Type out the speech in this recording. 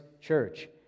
church